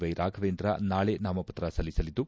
Y Raghavendra ನಾಳೆ ನಾಮಪತ್ರ ಸಲ್ಲಿಸಲ್ಲಿದ್ದು